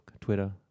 Twitter